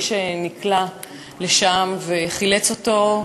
שנקלע לשם וחילץ אותו